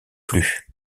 plus